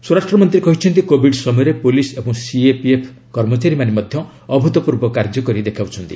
ସ୍ୱରାଷ୍ଟ୍ରମନ୍ତ୍ରୀ କହିଛନ୍ତି କୋବିଡ ସମୟରେ ପୋଲିସ୍ ଏବଂ ସିଏପିଏଫ୍ କର୍ମଚାରୀମାନେ ମଧ୍ୟ ଅଭୃତପୂର୍ବ କାର୍ଯ୍ୟ କରି ଦେଖାଉଛନ୍ତି